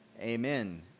amen